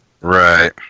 right